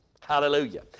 Hallelujah